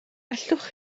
allwch